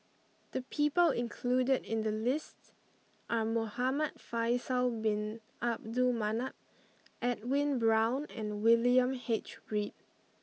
the people included in the list are Muhamad Faisal bin Abdul Manap Edwin Brown and William H Read